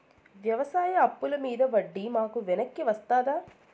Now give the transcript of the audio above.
వ్యవసాయ అప్పుల మీద వడ్డీ మాకు వెనక్కి వస్తదా?